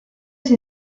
sua